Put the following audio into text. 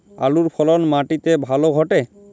আলুর ফলন মাটি তে ভালো ঘটে?